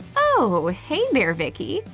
ohh! ah hey there vicky!